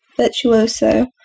Virtuoso